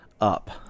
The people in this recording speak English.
up